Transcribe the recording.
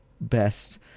best